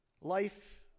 Life